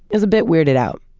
is a bit weirded out,